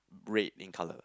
red in colour